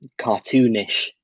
cartoonish